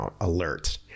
alert